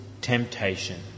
temptation